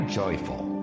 joyful